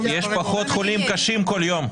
יש פחות חולים קשים כל יום.